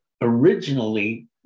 originally